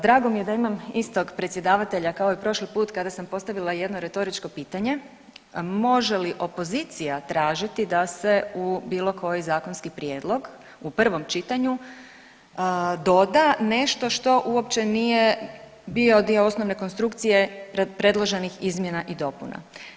Drago mi je da imam istog predsjedavatelja kao i prošli put kada sam postavila jedno retoričko pitanje, može li opozicija tražiti da se u bilo koji zakonski prijedlog u prvom čitanju doda nešto što uopće nije bio dio osnovne konstrukcije predloženih izmjena i dopuna.